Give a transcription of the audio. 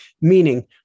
meaning